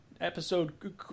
episode